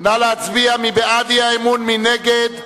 נא להצביע מי בעד האי-אמון, מי נגד.